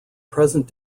present